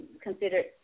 considered